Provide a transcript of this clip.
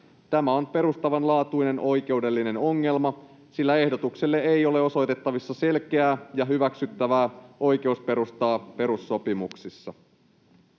Tämä on perustavanlaatuinen oikeudellinen ongelma, sillä ehdotukselle ei ole osoitettavissa selkeää ja hyväksyttävää oikeusperustaa perussopimuksissa.